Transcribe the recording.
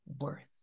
worth